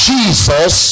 Jesus